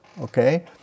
okay